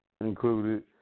included